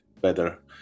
better